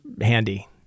handy